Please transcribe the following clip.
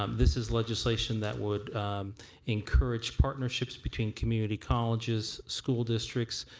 um this is legislation that would encourage partnerships between community colleges, school districts,